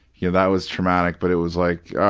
yeah that was traumatic, but it was like,